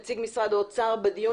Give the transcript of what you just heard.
נציג משרד האוצר בדיון,